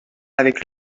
avec